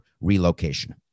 relocation